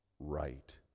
right